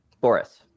Boris